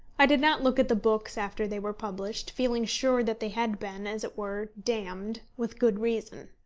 i did not look at the books after they were published, feeling sure that they had been, as it were, damned with good reason.